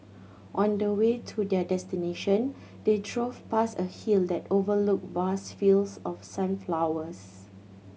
on the way to their destination they drove past a hill that overlooked vast fields of sunflowers